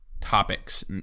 topics